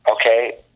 okay